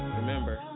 remember